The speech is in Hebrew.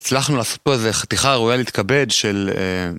הצלחנו לעשות פה איזו חתיכה ראויה להתכבד של...